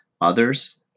Others